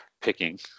picking